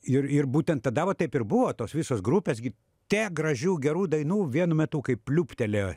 ir ir būtent tada va taip ir buvo tos visos grupės gi tiek gražių gerų dainų vienu metu kaip pliūptelėjo